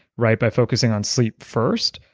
right? by focusing on sleep first,